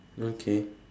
okay